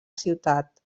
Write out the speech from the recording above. ciutat